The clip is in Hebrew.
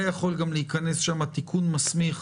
היה יכול גם להיכנס שם תיקון מסמיך